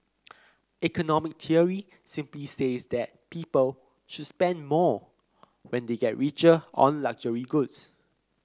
economic theory simply says that people should spend more when they get richer on luxury goods